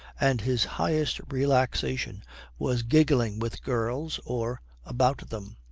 and his highest relaxation was giggling with girls or about them.